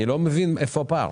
אני לא מבין איפה הפער.